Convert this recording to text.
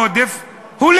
טוב.